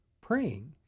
praying